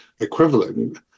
equivalent